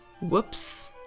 Whoops